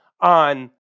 on